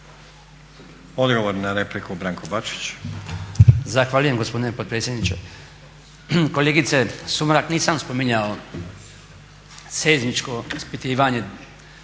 Odgovor na repliku Branko Bačić.